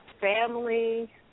family